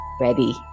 ready